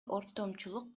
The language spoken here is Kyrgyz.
ортомчулук